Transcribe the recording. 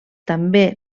també